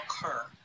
occur